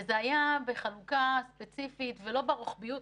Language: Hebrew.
זה היה בחלוקה ספציפית, לא ברוחביות.